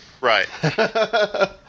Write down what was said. right